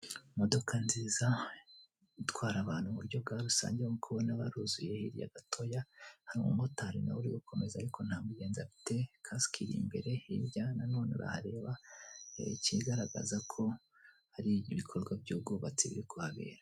Imodoka nziza itwara abantu mu buryo bwa rusange nkuko ubona baruzuye, hirya gatoya hari umumotari nawe uri gukomeza ariko nta mugenzi afite, kasike iri imbere hirya nanone urahareba, ikigaragaza ko hari ibikorwa by'ubwubatsi biri kuhabera.